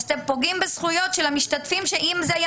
אז אתם פוגעים בזכויות של המשתתפים שאם זה היה